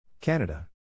Canada